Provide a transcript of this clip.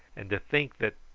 and to think that,